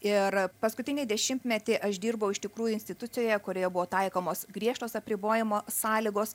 ir paskutinį dešimtmetį aš dirbau iš tikrųjų institucijoje kurioje buvo taikomos griežtos apribojimo sąlygos